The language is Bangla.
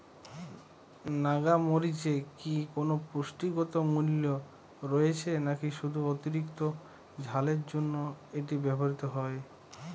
নাগা মরিচে কি কোনো পুষ্টিগত মূল্য রয়েছে নাকি শুধু অতিরিক্ত ঝালের জন্য এটি ব্যবহৃত হয়?